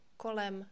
kolem